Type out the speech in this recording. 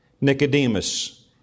Nicodemus